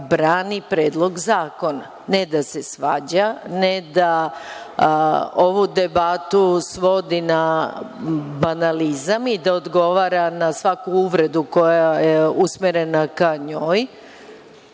brani Predlog zakona, a ne da se svađa, ne da ovu debatu svodi na banalizam i da odgovara na svaku uvredu koja je usmerena ka njoj,